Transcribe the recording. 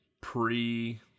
pre